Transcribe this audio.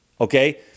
okay